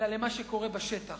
אלא למה שקורה בשטח.